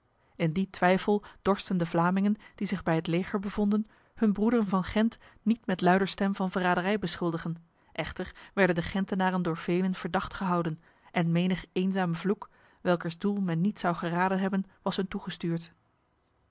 in die twijfel dorsten de vlamingen die zich bij het leger bevonden hun broederen van gent niet met luider stem van verraderij beschuldigen echter werden de gentenaren door velen verdacht gehouden en menig eenzame vloek welkers doel men niet zou geraden hebben was hun toegestuurd